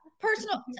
Personal